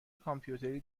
کامپیوتری